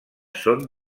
són